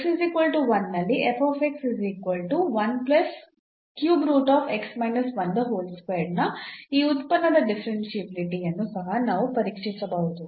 ನಲ್ಲಿ ನ ಈ ಉತ್ಪನ್ನದ ಡಿಫರೆನ್ಷಿಯಾಬಿಲಿಟಿ ಯನ್ನು ಸಹ ನಾವು ಪರೀಕ್ಷಿಸಬಹುದು